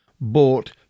bought